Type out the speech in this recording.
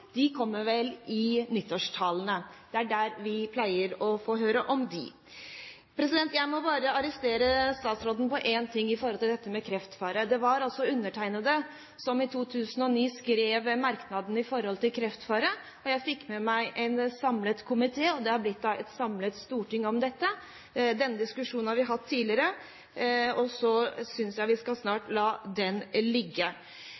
pleier å få høre om dem. Jeg må bare arrestere statsråden på én ting når det gjelder dette med kreftfare. Det var undertegnede som i 2009 skrev merknadene om kreftfare, og jeg fikk med meg en samlet komité, og det har blitt et samlet storting om dette. Denne diskusjonen har vi hatt tidligere, og nå synes jeg vi snart skal la den ligge.